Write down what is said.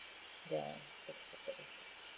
ya hurt so bad